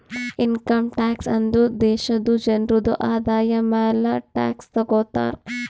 income tax ಅಂದುರ್ ದೇಶಾದು ಜನ್ರುದು ಆದಾಯ ಮ್ಯಾಲ ಟ್ಯಾಕ್ಸ್ ತಗೊತಾರ್